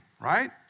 right